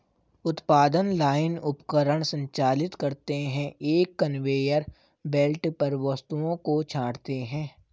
उत्पादन लाइन उपकरण संचालित करते हैं, एक कन्वेयर बेल्ट पर वस्तुओं को छांटते हैं